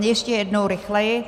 Ještě jednou rychleji.